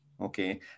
okay